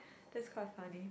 that's quite funny